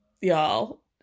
y'all